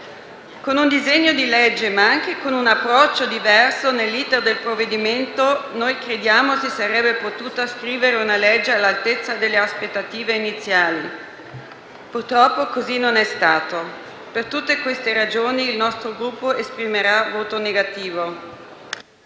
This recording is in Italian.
Con un disegno di legge, ma anche con un approccio diverso nell'*iter* del provvedimento, noi crediamo si sarebbe potuta scrivere una legge all'altezza delle aspettative iniziali. Purtroppo così non è stato. Per tutte queste ragioni il nostro Gruppo esprimerà voto negativo.